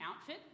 outfit